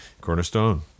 Cornerstone